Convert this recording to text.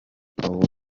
ubu